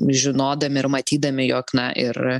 žinodami ir matydami jog na ir